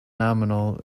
nominal